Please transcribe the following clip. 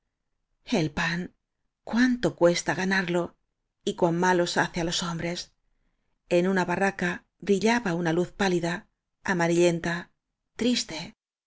el pan cuánto cuesta ganarlo y cuán malos hace á los hombres en una barraca brillaba una luz pálida amarillenta triste